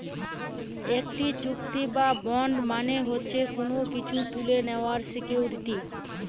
একটি চুক্তি বা বন্ড মানে হচ্ছে কোনো কিছু তুলে নেওয়ার সিকুইরিটি